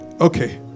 Okay